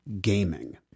gaming